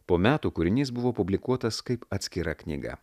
po metų kūrinys buvo publikuotas kaip atskira knyga